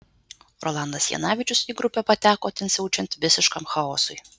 rolandas janavičius į grupę pateko ten siaučiant visiškam chaosui